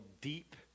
deep